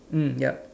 mm yup